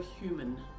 human